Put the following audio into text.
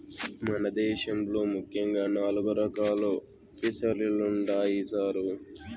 మన దేశంలో ముఖ్యంగా నాలుగు రకాలు ఫిసరీలుండాయి సారు